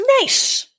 nice